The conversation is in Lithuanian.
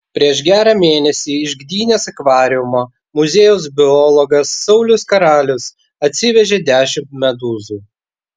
prieš gerą mėnesį iš gdynės akvariumo muziejaus biologas saulius karalius atsivežė dešimt medūzų